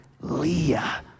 Leah